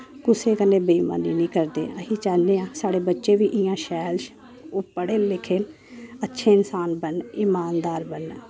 कुसै कन्नै बेईमानी नी करदे अस चाह्न्ने आं साढ़े बच्चे बी इ'यां शैल पड़े लिखे न अच्छे इंसान बनन ईमानदार बनन